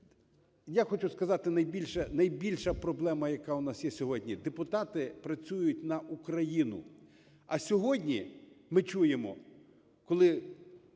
я хочу сказати, найбільша проблема, яка у нас є сьогодні, депутати працюють на Україну. А сьогодні ми чуємо, коли